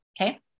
Okay